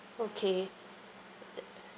okay